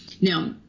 Now